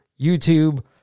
YouTube